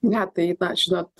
ne tai na žinot